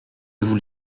vous